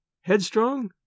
headstrong